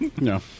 No